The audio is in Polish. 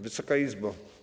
Wysoka Izbo!